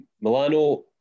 Milano